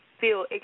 Feel